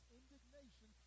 indignation